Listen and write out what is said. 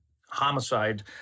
homicide